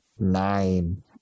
Nine